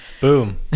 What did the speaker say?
Boom